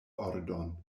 ordon